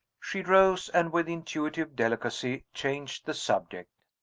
she rose, and, with intuitive delicacy, changed the subject.